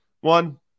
One